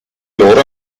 loro